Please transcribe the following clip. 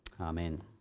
Amen